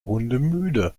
hundemüde